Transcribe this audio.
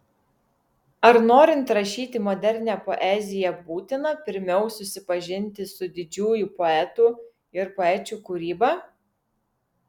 ar norint rašyti modernią poeziją būtina pirmiau susipažinti su didžiųjų poetų ir poečių kūryba